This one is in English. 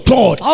God